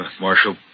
Marshal